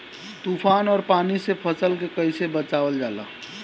तुफान और पानी से फसल के कईसे बचावल जाला?